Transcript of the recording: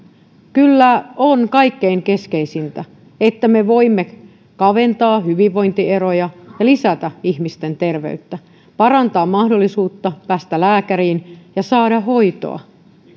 kyllä on kaikkein keskeisintä että me voimme kaventaa hyvinvointieroja ja lisätä ihmisten terveyttä parantaa mahdollisuutta päästä lääkäriin ja saada hoitoa